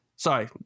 Sorry